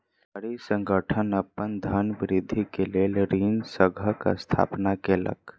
व्यापारी संगठन अपन धनवृद्धि के लेल ऋण संघक स्थापना केलक